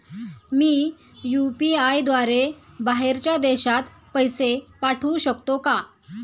मी UPI द्वारे बाहेरच्या देशात पैसे पाठवू शकतो का?